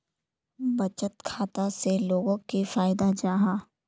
बचत खाता से लोगोक की फायदा जाहा?